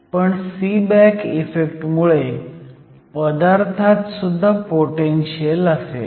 पण Seebeck effect मुळे पदार्थात सुद्धा पोटेनशीयल असेल